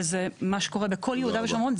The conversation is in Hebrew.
וזה מה שקורה בכל יהודה ושומרון,